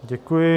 Děkuji.